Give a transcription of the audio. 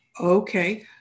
okay